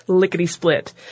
lickety-split